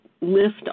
lift